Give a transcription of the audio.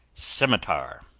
scimitar,